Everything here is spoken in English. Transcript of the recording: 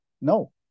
No